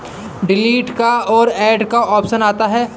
delete का और add का ऑप्शन आता है